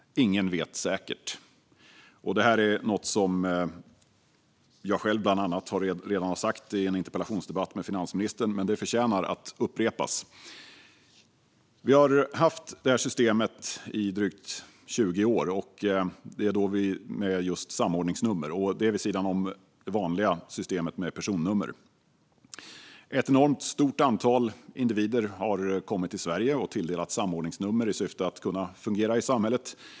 Ingen vet säkert. Detta är något som bland annat jag själv redan har sagt i en interpellationsdebatt med finansministern, men det förtjänar att upprepas. Vi har haft systemet med samordningsnummer i drygt 20 år, vid sidan om det vanliga systemet med personnummer. Ett enormt stort antal individer har kommit till Sverige och tilldelats samordningsnummer i syfte att de ska kunna fungera i samhället.